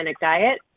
diet